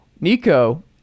Nico